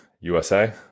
usa